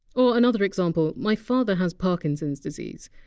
or another example my father has parkinson! s disease.